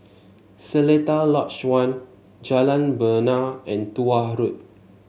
Seletar Lodge One Jalan Bena and Tuah Road